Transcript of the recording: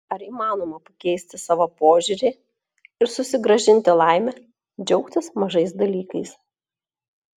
ar įmanoma pakeisti savo požiūrį ir susigrąžinti laimę džiaugtis mažais dalykais